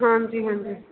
ਹਾਂਜੀ ਹਾਂਜੀ